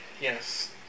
Yes